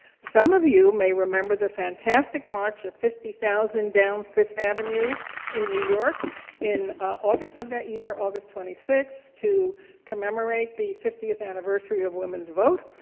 some of you may remember the fantastic march of fifty thousand down fifth avenue in new york in august of that year, august twenty sixth, to commemorate the fiftieth anniversary of women's vote.